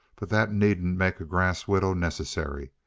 but that needn't make a grass widow necessary.